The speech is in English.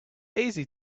easy